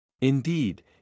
Indeed